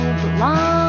belong